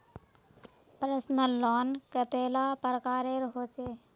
Personal loan कतेला प्रकारेर होचे?